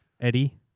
Eddie